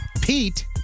Pete